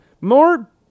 more